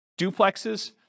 duplexes